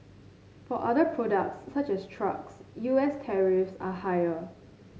for other products such as trucks U S tariffs are higher